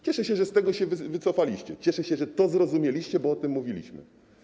Cieszę się, że z tego się wycofaliście, cieszę się, że to zrozumieliście, bo o tym mówiliśmy.